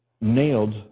nailed